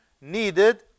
needed